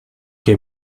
que